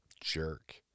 jerk